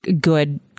good